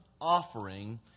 offering